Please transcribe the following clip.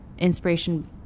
inspiration